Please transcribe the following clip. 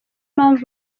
mpamvu